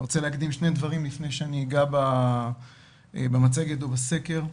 אני רוצה להקדים שני דברים לפני שאגע במצגת ובסקר.